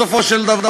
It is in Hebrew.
הוא הסדר חדש,